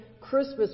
Christmas